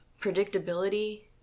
predictability